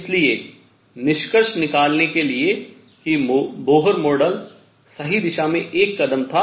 इसलिए निष्कर्ष निकालने के लिए कि बोहर मॉडल सही दिशा में एक कदम था